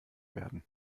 werden